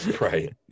Right